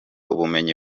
ubumenyi